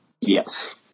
Yes